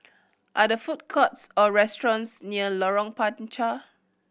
are there food courts or restaurants near Lorong Panchar